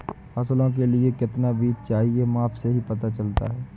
फसलों के लिए कितना बीज चाहिए माप से ही पता चलता है